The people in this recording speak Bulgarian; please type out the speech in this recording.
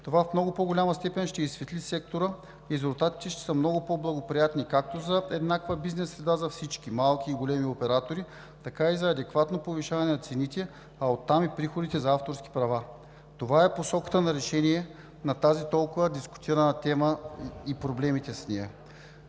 това в много по-голяма степен ще изсветли сектора и резултатите ще са много по-благоприятни както за еднаква бизнес среда за всички малки и големи оператори, така и адекватно повишаване на цените, а оттам и приходите за авторски права. Това е посоката на решение на тази толкова дискутирана тема и проблемите с нея.